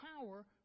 power